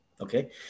okay